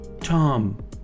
Tom